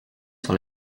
sur